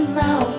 now